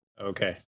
Okay